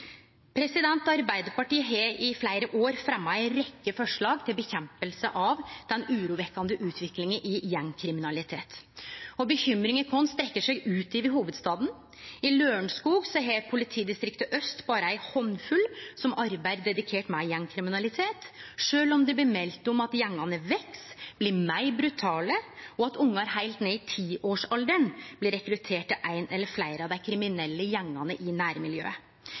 Arbeidarpartiet har i fleire år fremja ei rekkje forslag for å motverke den urovekkjande utviklinga i gjengkriminalitet. Bekymringa vår strekkjer seg utover hovudstaden. I Lørenskog har politidistriktet Aust berre ei handfull som arbeider dedikert med gjengkriminalitet, sjølv om det blir meldt om at gjengane veks og blir meir brutale, og at ungar heilt ned i tiårsalderen blir rekrutterte til ein eller fleire av dei kriminelle gjengane i nærmiljøet.